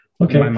Okay